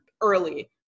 early